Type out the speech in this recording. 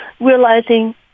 realizing